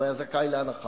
הוא היה זכאי להנחה,